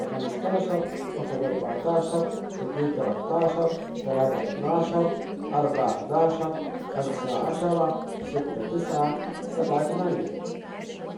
واحد خمستاشر اتنين اربعتاشر تلاتة اتناشر أربعة حداشر خمسة عشرة ستة تسعة سبعة تمانية